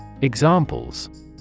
Examples